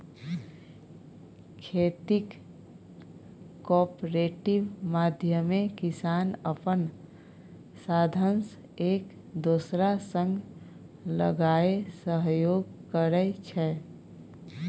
खेतीक कॉपरेटिव माध्यमे किसान अपन साधंश एक दोसरा संग लगाए सहयोग करै छै